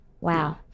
Wow